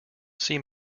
seem